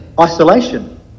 Isolation